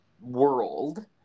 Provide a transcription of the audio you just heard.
world